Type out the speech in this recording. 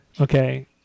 okay